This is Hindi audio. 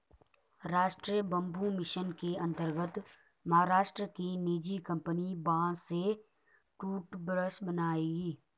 राष्ट्रीय बंबू मिशन के अंतर्गत महाराष्ट्र की निजी कंपनी बांस से टूथब्रश बनाएगी